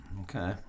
Okay